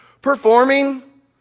performing